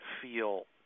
feel